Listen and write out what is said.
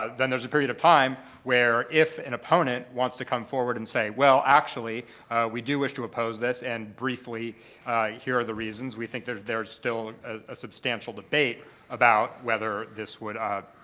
ah then, there's a period of time where if an opponent wants to come forward and say, well, actually we do wish to oppose this and briefly here are the reasons, we think there's there's still a substantial debate about whether this would